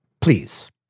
Please